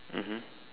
mmhmm